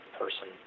person